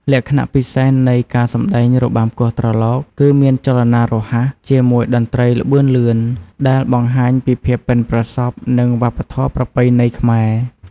លក្ខណៈពិសេសនៃការសម្តែងរបាំគោះត្រឡោក គឺមានចលនារហ័ស ជាមួយតន្ត្រីល្បឿនលឿន ដែលបង្ហាញពីភាពបុិនប្រសព្វ និងវប្បធម៌ប្រពៃណីខ្មែរ។